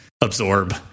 absorb